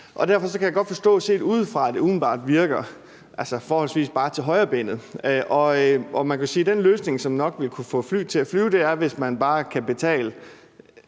Derfor kan jeg godt forstå, at det set udefra umiddelbart virker forholdsvis lige til højrebenet. Man kan sige, at den løsning, som nok vil kunne få flyet til at flyve, er, hvis man bare kan betale,